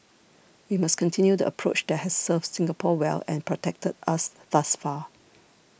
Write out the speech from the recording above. we must continue the approach that has served Singapore well and protected us thus far